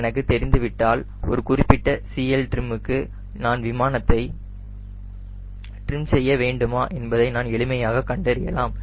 எனவே இது எனக்கு தெரிந்து விட்டால் ஒரு குறிப்பிட்ட CLtrim க்கு நான் விமானத்தை ட்ரிம் செய்ய வேண்டுமா என்பதை நான் எளிமையாக கண்டறியலாம்